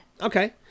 Okay